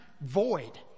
void